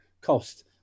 cost